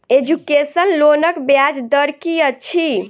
Education लोनक ब्याज दर की अछि?